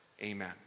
Amen